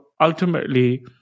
ultimately